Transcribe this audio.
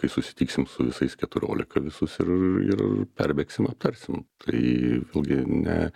kai susitiksim su visais keturiolika visus ir ir perbėgsim aptarsim tai vėlgi ne